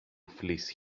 fleece